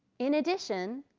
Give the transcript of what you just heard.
in addition,